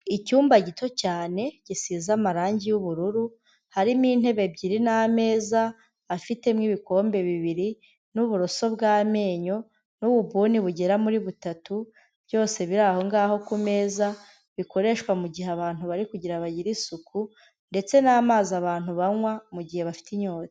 Icyumba gito cyane gisize amarangi y'ubururu, harimo intebe ebyiri n'ameza afitemo ibikombe bibiri n'uburoso bw'amenyo n'ubuguni bugera muri butatu, byose biri aho ngaho ku meza, bikoreshwa mu gihe abantu bari kugira bagire isuku, ndetse n'amazi abantu banywa mu gihe bafite inyota.